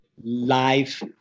life